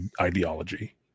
ideology